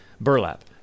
burlap